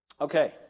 Okay